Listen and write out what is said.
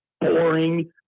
boring